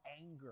anger